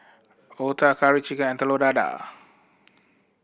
otah Curry Chicken and Telur Dadah